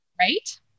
Right